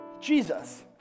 Jesus